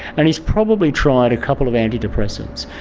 and he has probably tried a couple of antidepressants.